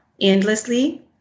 endlessly